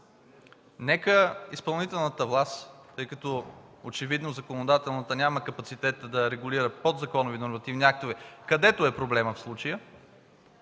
Нека изпълнителната власт, тъй като очевидно законодателната няма капацитета да регулира подзаконови нормативни актове, където е проблемът в случая,